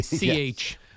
CH